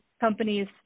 companies